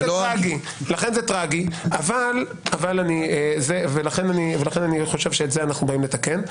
זה טרגי ואת זה אנחנו באים לתקן.